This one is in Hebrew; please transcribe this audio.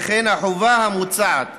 שכן החובה המוצעת